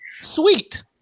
sweet